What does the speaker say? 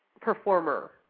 performer